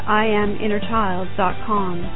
IamInnerChild.com